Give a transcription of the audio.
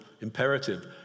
imperative